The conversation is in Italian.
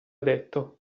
detto